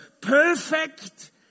perfect